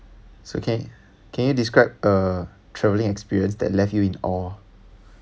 so can can you describe a travelling experience that left you in awe